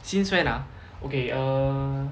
since when ah okay err